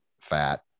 fat